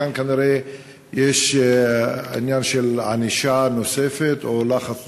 כאן כנראה יש עניין של ענישה נוספת או לחץ נוסף,